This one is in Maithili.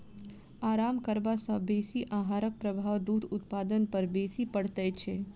आराम करबा सॅ बेसी आहारक प्रभाव दूध उत्पादन पर बेसी पड़ैत छै